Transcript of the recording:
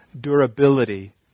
durability